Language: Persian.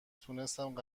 تونستم